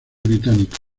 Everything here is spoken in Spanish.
británico